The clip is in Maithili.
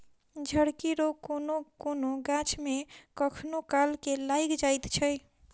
झड़की रोग कोनो कोनो गाछ मे कखनो काल के लाइग जाइत छै